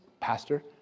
pastor